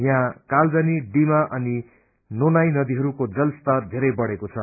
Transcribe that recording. यहाँ कालजनी डिमा अनि नोनाई नदिहरूको जलस्तर धेरै बढ़ेको छ